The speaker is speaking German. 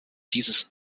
dieses